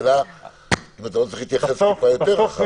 השאלה אם אתה לא צריך להתייחס טיפה יותר רחב.